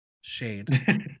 Shade